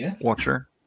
watcher